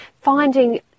finding